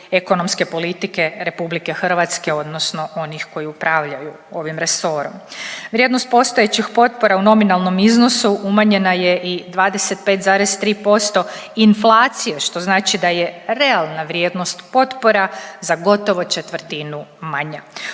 ekonomske politike RH odnosno onih koji upravljaju ovim resorom. Vrijednost postojećih potpora u nominalnom iznosu umanjena je i 25,3% inflacije što znači da je realna vrijednost potpora za gotovo četvrtinu manja.